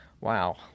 wow